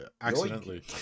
accidentally